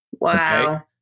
Wow